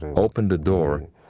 opened the door,